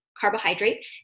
carbohydrate